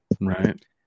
Right